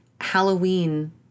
halloween